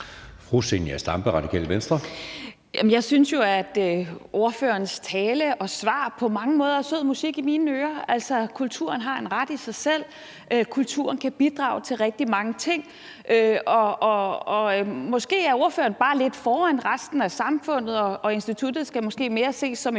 jeg synes jo, at ordførerens tale og svar på mange måder er sød musik i mine ører. Altså, kulturen har en ret i sig selv, kulturen kan bidrage til rigtig mange ting, og måske er ordføreren bare lidt foran resten af samfundet, og instituttet skal måske mere ses som et